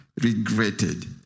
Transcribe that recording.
regretted